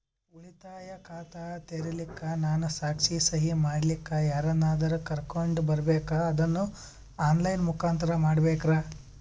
ಉಳಿತಾಯ ಖಾತ ತೆರಿಲಿಕ್ಕಾ ನಾನು ಸಾಕ್ಷಿ, ಸಹಿ ಮಾಡಲಿಕ್ಕ ಯಾರನ್ನಾದರೂ ಕರೋಕೊಂಡ್ ಬರಬೇಕಾ ಅದನ್ನು ಆನ್ ಲೈನ್ ಮುಖಾಂತ್ರ ಮಾಡಬೇಕ್ರಾ?